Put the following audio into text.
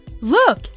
Look